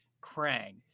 Krang